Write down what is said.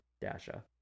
Dasha